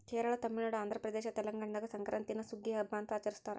ಕೇರಳ ತಮಿಳುನಾಡು ಆಂಧ್ರಪ್ರದೇಶ ತೆಲಂಗಾಣದಾಗ ಸಂಕ್ರಾಂತೀನ ಸುಗ್ಗಿಯ ಹಬ್ಬ ಅಂತ ಆಚರಿಸ್ತಾರ